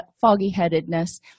foggy-headedness